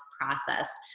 processed